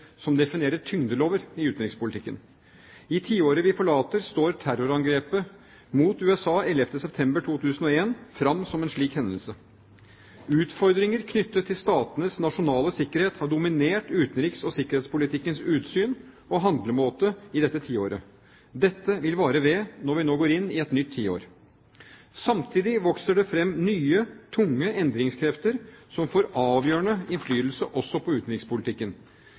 som definerer tyngdelover i utenrikspolitikken. I tiåret vi forlater, står terrorangrepet mot USA 11. september 2001 fram som en slik hendelse. Utfordringer knyttet til statenes nasjonale sikkerhet har dominert utenriks- og sikkerhetspolitikkens utsyn og handlemåte i dette tiåret. Dette vil vare ved når vi nå går inn i et nytt tiår. Samtidig vokser det fram nye, tunge endringskrefter som får avgjørende innflytelse også på utenrikspolitikken.